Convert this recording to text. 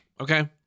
okay